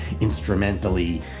instrumentally